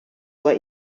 what